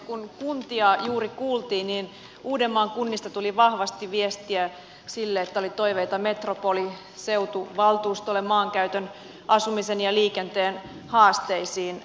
kun kuntia juuri kuultiin niin uudenmaan kunnista tuli vahvasti viestiä siitä että oli toiveita metropoliseutuvaltuustolle maankäytön asumisen ja liikenteen haasteisiin